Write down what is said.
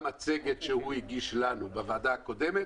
במצגת שהוא הגיש לנו בוועדה הקודמת.